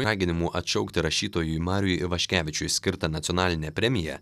raginimų atšaukti rašytojui mariui ivaškevičiui skirtą nacionalinę premiją